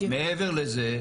מעבר לזה,